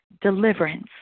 deliverance